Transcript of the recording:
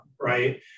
right